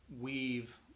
weave